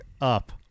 up